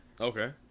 Okay